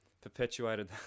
perpetuated